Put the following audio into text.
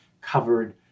covered